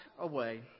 away